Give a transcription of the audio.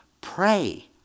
pray